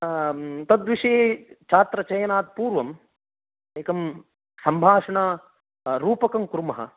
तद्विषये छात्रचयनात्पूर्वं एकं सम्भाषणरूपकं कुर्मः